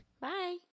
Bye